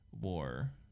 War